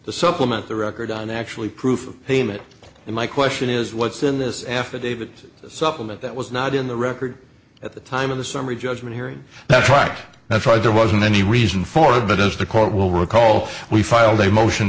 to supplement the record on actually proof of payment and my question is what's in this affidavit supplement that was not in the record at the time of the summary judgment hearing that's right that's right there wasn't any reason for it but as the court will recall we filed a motion